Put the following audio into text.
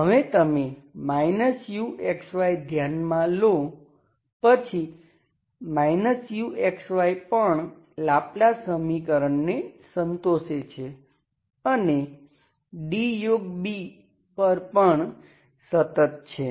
હવે તમે u ધ્યાનમાં લો પછી u પણ લાપ્લાસ સમીકરણને સંતોષે છે અને DB પર પણ સતત છે